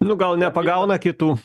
nu gal nepagauna kitų